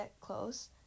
close